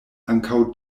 ankaŭ